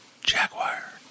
Jaguar